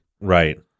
Right